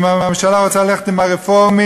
ואם הממשלה רוצה ללכת עם הרפורמים,